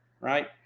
right